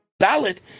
ballot